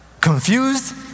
confused